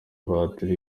batiri